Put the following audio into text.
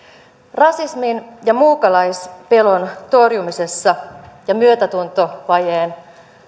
rasismin ja muukalaispelon torjumisessa ja myötätuntovajeen